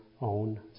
own